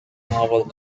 marvel